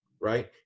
Right